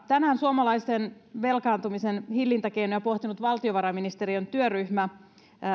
tänään suomalaisten velkaantumisen hillintäkeinoja pohtinut valtiovarainministeriön työryhmä